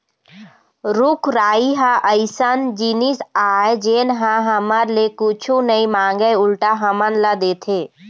रूख राई ह अइसन जिनिस आय जेन ह हमर ले कुछु नइ मांगय उल्टा हमन ल देथे